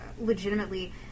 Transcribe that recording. legitimately